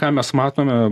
ką mes matome